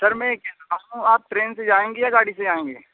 سر میں یہ کہہ رہا ہوں آپ ٹرین سے جائیں گے یا گاڑی سے جائیں گے